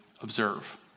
observe